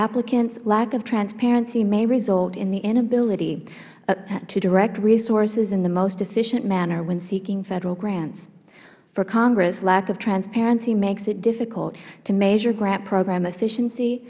applicants lack of transparency may result in the inability to direct resources in the most efficient manner when seeking federal grants for congress lack of transparency makes it difficult to measure grant program efficiency